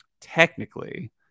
technically